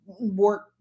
work